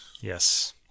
Yes